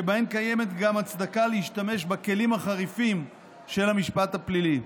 שבהם קיימת גם הצדקה להשתמש בכלים החריפים של המשפט הפלילי.